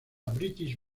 british